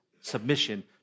submission